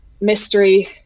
mystery